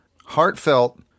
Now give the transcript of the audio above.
heartfelt